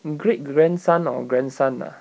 great grandson or grandson ah